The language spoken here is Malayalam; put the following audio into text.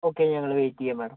ഓക്കെ ഞങ്ങൾ വെയിറ്റ് ചെയ്യാം മേഡം